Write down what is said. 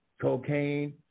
cocaine